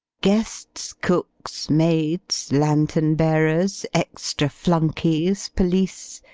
guests, cooks, maids, lanthorn-bearers, extra flunkeys, police,